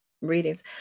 readings